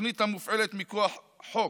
תוכנית המופעלת מכוח חוק,